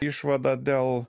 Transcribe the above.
išvada dėl